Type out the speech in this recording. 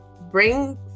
bring